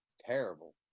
terrible